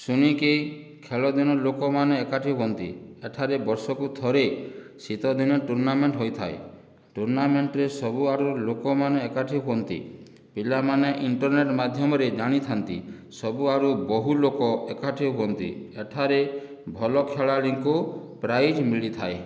ଶୁଣିକି ଖେଳ ଦିନ ଲୋକମାନେ ଏକାଠି ହୁଅନ୍ତି ଏଠାରେ ବର୍ଷକୁ ଥରେ ଶୀତଦିନେ ଟୁର୍ଣ୍ଣାମେଣ୍ଟ ହୋଇଥାଏ ଟୁର୍ଣ୍ଣାମେଣ୍ଟରେ ସବୁଆଡ଼ୁ ଲୋକମାନେ ଏକାଠି ହୁଅନ୍ତି ପିଲାମାନେ ଇଣ୍ଟର୍ନେଟ ମାଧ୍ୟମରେ ଜାଣିଥାନ୍ତି ସବୁଆଡ଼ୁ ବହୁ ଲୋକ ଏକାଠି ହୁଅନ୍ତି ଏଠାରେ ଭଲ ଖେଳାଳିଙ୍କୁ ପ୍ରାଇଜ୍ ମିଳିଥାଏ